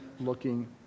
looking